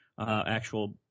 Actual